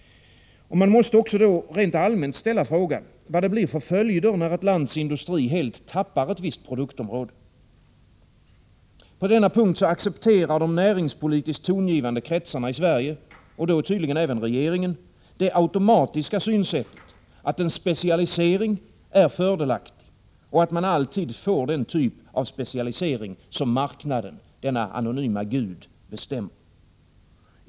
Man måste då ställa frågan: Vad blir det för följder när ett lands industri helt tappar ett visst produktområde? På denna punkt accepterar de näringspolitiskt tongivande kretsarna i Sverige, och då även regeringen, det automatiska synsättet, att specialisering är fördelaktig och att man alltid får den typ av specialisering som marknaden — denna anonyma gud — bestämmer.